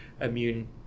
immune